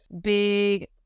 big